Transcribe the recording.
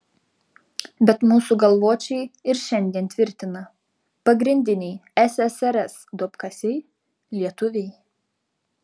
bet mūsų galvočiai ir šiandien tvirtina pagrindiniai ssrs duobkasiai lietuviai